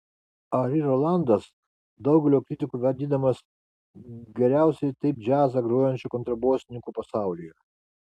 ari rolandas daugelio kritikų vadinamas geriausiai taip džiazą grojančiu kontrabosininku pasaulyje